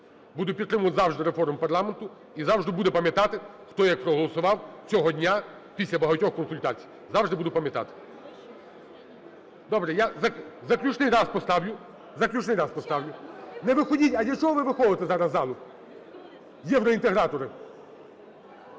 буду підтримувати завжди реформи парламенту і завжди буду пам'ятати, хто як проголосував цього дня після багатьох консультацій, завжди буду пам'ятати. Добре, я заключний раз поставлю. Заключний раз поставлю. Не виходіть… А для чого ви виходите зараз з залу? Євроінтегратори!